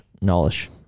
knowledge